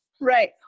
Right